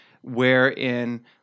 wherein